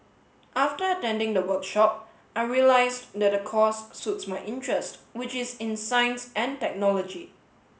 after attending the workshop I realised that the course suits my interest which is in science and technology